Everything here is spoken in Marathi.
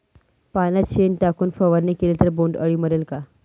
पाण्यात शेण टाकून फवारणी केली तर बोंडअळी मरेल का?